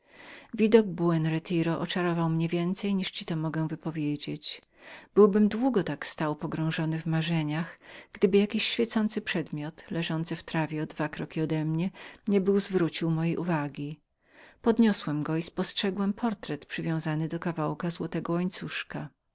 ogrodu oczarował mnie więcej niż ci to mogę wypowiedzieć byłbym długo tak stał pogrążony w marzeniach gdyby jakiś świecący przedmiot leżący na uboczy między gęstemi krzewy nie był zwrócił mojej uwagi podniosłem go i spostrzegłem portret przywiązany do kawałka złotego łańcuszka